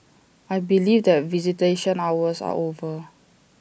I believe that visitation hours are over